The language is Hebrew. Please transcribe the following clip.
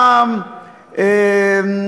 שר ה"מה שמו",